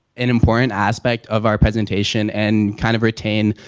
an important aspect of our presentation and kind of retain,